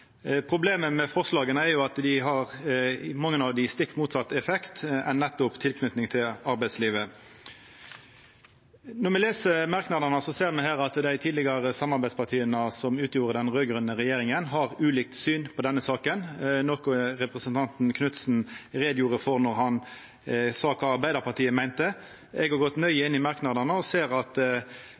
Problemet med forslaga er jo at nokre av dei har stikk motsett effekt av nettopp tilknyting til arbeidslivet. Når me les merknadene, ser me at dei tidlegare samarbeidspartia som utgjorde den raud-grøne regjeringa, har ulikt syn på denne saka, noko representanten Knutsen gjorde greie for då han sa kva Arbeidarpartiet meinte. Eg har gått nøye inn i merknadene og ser at